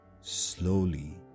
Slowly